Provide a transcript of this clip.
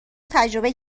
تجربه